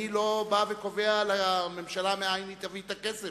אני לא בא וקובע לממשלה מנין היא תביא את הכסף,